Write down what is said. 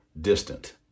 distant